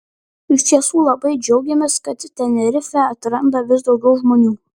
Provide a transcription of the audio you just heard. iš tiesų labai džiaugiamės kad tenerifę atranda vis daugiau žmonių